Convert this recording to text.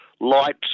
light